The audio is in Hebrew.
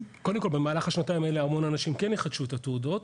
במהלך השנתיים האלה הרבה אנשים כן יחדשו את התעודות.